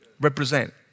Represent